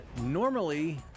normally